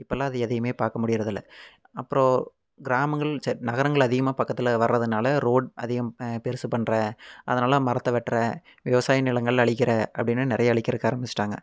இப்போல்லாம் அது எதையுமே பார்க்க முடியறதில்லை அப்புறோம் கிராமங்கள் சே நகரங்கள் அதிகமாக பக்கத்தில் வர்றதுனால ரோட் அதிகம் பெருசு பண்ணுற அதனால் மரத்த வெட்டுற விவசாய நிலங்கள் அழிக்கிற அப்படினு நிறைய அழிக்கிறக்கு ஆரமிச்சிவிட்டாங்க